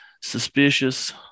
suspicious